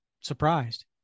surprised